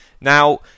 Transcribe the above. Now